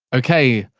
okay,